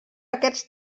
aquests